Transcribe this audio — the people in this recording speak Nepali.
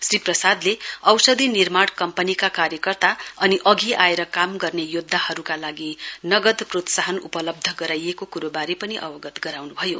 श्री प्रसादले औषधि निर्माण कम्पनीका कार्यकर्ता अनि अघि आएर काम गर्ने योद्धाहरूका लागि नगद प्रोत्साहन उपलब्ध गराइएको कुरोबारे पनि अवगत गराउनु भयो